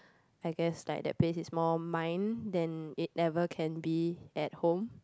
I guess like that place is more mine than it ever can be at home